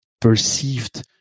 perceived